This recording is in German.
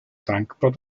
dankbar